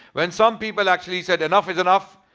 when some people actually said enough is enough.